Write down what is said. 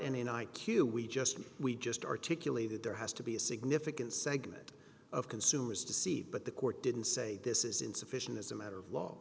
in i q we just we just articulated there has to be a significant segment of consumers to see but the court didn't say this is insufficient as a matter of law